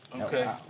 Okay